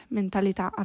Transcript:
mentalità